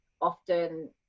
often